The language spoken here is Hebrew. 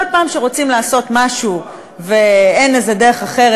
כל פעם שרוצים לעשות משהו ואין איזה דרך אחרת,